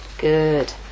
Good